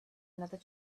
another